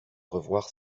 revoir